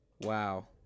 wow